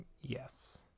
yes